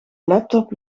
laptop